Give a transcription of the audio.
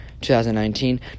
2019